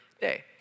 day